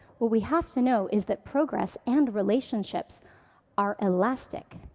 what we have to know is that progress and relationships are elastic.